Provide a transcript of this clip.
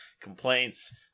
complaints